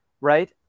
right